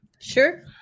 Sure